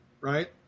right